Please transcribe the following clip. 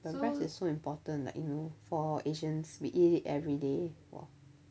but rice is so important like you know for asians we eat it everyday !wah!